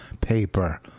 paper